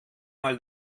mal